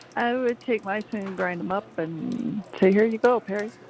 i would take mice and and grind em up and say, here ya go, perry.